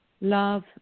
Love